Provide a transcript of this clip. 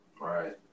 Right